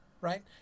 right